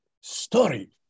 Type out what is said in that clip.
story